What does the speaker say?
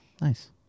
Nice